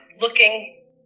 looking